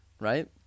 Right